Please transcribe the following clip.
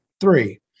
three